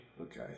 Okay